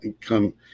come